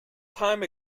time